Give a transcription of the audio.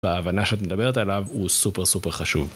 ההבנה שאת מדברת עליו הוא סופר סופר חשוב.